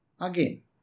again